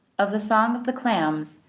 of the song of the clams,